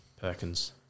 Perkins